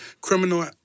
criminal